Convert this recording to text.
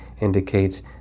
indicates